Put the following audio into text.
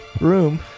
room